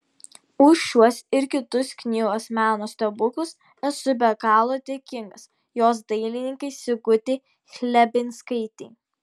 už šiuos ir kitus knygos meno stebuklus esu be galo dėkingas jos dailininkei sigutei chlebinskaitei